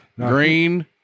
Green